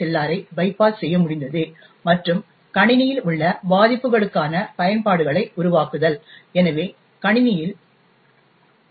ஆரை பைபாஸ் செய்ய முடிந்தது மற்றும் கணினியில் உள்ள பாதிப்புகளுக்கான பயன்பாடுகளை உருவாக்குதல் எனவே கணினிகளில் ஏ